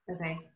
Okay